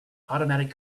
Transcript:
automatic